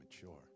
mature